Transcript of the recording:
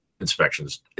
inspections